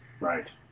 Right